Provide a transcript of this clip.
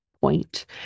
point